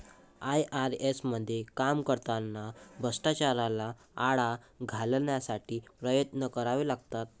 IRS मध्ये काम करताना भ्रष्टाचाराला आळा घालण्यासाठी प्रयत्न करावे लागतात